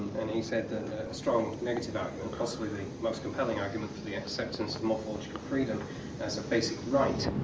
and he said that a strong negative argument possibly the most compelling argument for the acceptance of morphological freedom as a basic right